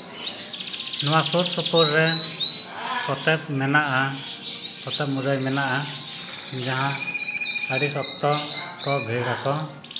ᱱᱚᱣᱟ ᱥᱩᱨ ᱥᱩᱯᱩᱨ ᱯᱚᱛᱚᱵ ᱢᱮᱱᱟᱜᱼᱟ ᱯᱚᱛᱚᱵ ᱢᱩᱨᱟᱹᱭ ᱢᱮᱱᱟᱜᱼᱟ ᱡᱟᱦᱟᱸ ᱟᱹᱰᱤ ᱥᱚᱠᱛᱚ ᱠᱚ ᱵᱷᱤᱲ ᱟᱠᱚ